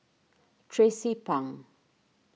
Tracie Pang